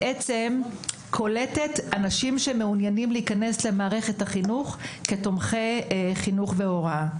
שקולטת אנשים שמעוניינים להיכנס למערכת החינוך כתומכי חינוך והוראה.